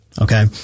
Okay